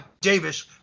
Davis